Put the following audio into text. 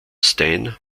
stan